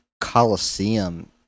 coliseum